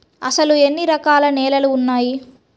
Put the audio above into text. అసలు ఎన్ని రకాల నేలలు వున్నాయి?